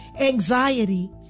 anxiety